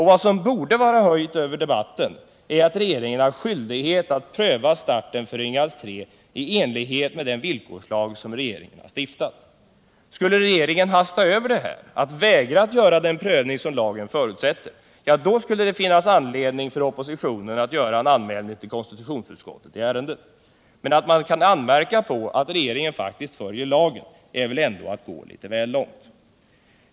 Vad som borde vara höjt över debatten är att regeringen har skyldighet att pröva starten för Ringhals 3 i enlighet med den villkorslag som regeringen har stiftat. Skulle regeringen hasta över detta och vägra att göra den prövning som lagen förutsätter, skulle det finnas anledning för oppositionen att göra en anmälan till konstitutionsutskottet i ärendet. Men att anmärka på att regeringen faktiskt följer lagen är väl ändå att gå litet väl långt.